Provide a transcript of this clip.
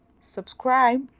subscribe